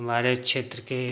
हमारे क्षेत्र के